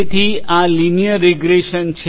તેથી આ linear regression છે